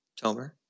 Tomer